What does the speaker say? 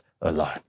alone